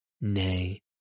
Nay